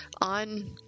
on